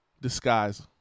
disguise